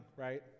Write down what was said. right